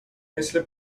مثل